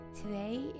Today